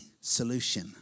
solution